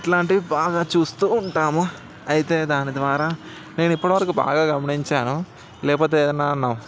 ఇట్లాంటివి బాగా చూస్తు ఉంటాము అయితే దాని ద్వారా నేను ఇప్పటివరకు బాగా గమనించాను లేకపోతే ఏదన్నా నా